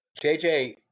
JJ